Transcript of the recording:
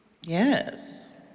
yes